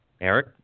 Eric